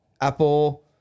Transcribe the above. Apple